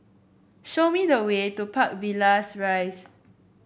show me the way to Park Villas Rise